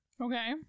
Okay